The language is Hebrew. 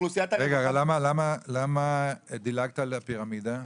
למה דילגת על הפירמידה?